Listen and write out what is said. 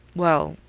well,